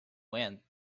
when